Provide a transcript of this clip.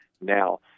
now